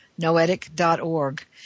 Noetic.org